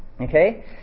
Okay